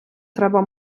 треба